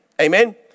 Amen